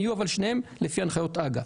שניהם יהיו לפי הנחיות הג"א.